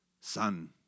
son